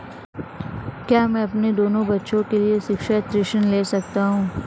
क्या मैं अपने दोनों बच्चों के लिए शिक्षा ऋण ले सकता हूँ?